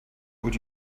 would